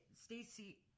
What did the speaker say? Stacy